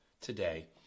today